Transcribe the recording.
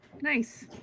Nice